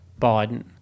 Biden